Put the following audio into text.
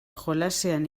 jolasean